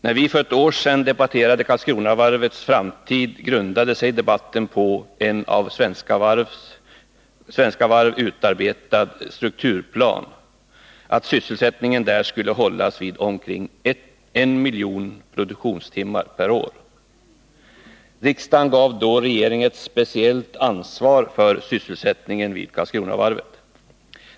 När vi för ett år sedan debatterade Karskronavarvets framtid, grundade sig debatten på en av Svenska Varv utarbetad strukturplan, som innebar att sysselsättningen skulle hållas vid omkring 1 miljon produktionstimmar per år. Riksdagen gav då regeringen ett speciellt ansvar för sysselsättningen vid Karlskronavarvet.